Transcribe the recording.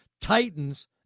Titans